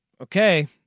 okay